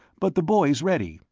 but the boy's ready.